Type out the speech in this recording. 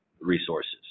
resources